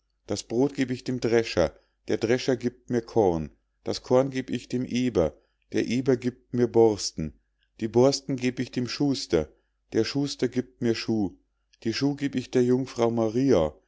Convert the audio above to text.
das brod geb ich dem drescher der drescher giebt mir korn das korn geb ich dem eber der eber giebt mir borsten die borsten geb ich dem schuster der schuster giebt mir schuh die schuh geb ich der jungfrau maria